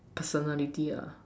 personality ah